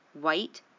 white